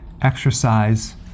exercise